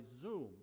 Zoom